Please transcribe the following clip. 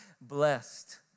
blessed